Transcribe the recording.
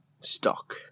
stock